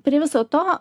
prie viso to